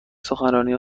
سخنرانی